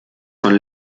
von